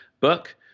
book